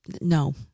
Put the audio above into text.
no